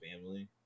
family